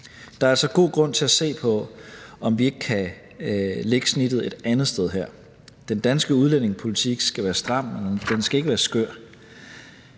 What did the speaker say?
Der er altså god grund til at se på, om ikke vi kan lægge snittet et andet sted her. Den danske udlændingepolitik skal være stram, men den skal ikke være skør.